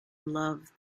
love